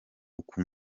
uko